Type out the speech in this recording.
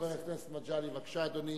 חבר הכנסת מגלי והבה, בבקשה, אדוני.